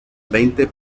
veinte